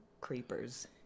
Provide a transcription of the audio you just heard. creepers